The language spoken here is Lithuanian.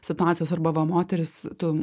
situacijos arba va moterys tu